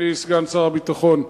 אדוני סגן שר הביטחון,